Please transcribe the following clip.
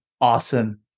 awesome